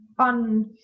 on